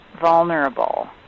vulnerable